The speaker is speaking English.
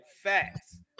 facts